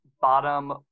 bottom